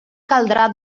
caldrà